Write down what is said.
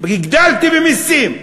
הגדלתי במסים.